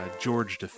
George